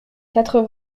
quatre